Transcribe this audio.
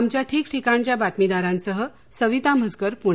आमच्या ठिकठिकाणच्या बातमीदारांसह सविता म्हसकर प्णे